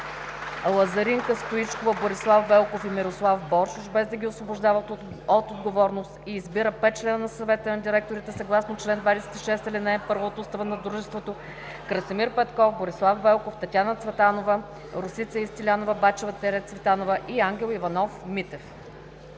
Лазаринка Стоичкова, Борислав Велков и Мирослав Боршош, без да ги освобождава от отговорност, и избира пет члена на Съвета на директорите съгласно чл. 26, ал. 1 от Устава на дружеството Красимир Петков, Борислав Велков, Татяна Цветанова, Росица Истилянова Бачева – Цветанова и Ангел Иванов Митев…“.